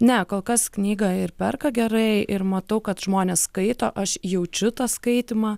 ne kol kas knygą ir perka gerai ir matau kad žmonės skaito aš jaučiu tą skaitymą